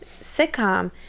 sitcom